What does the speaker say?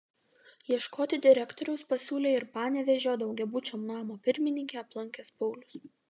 ieškoti direktoriaus pasiūlė ir panevėžio daugiabučio namo pirmininkę aplankęs paulius